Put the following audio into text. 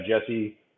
Jesse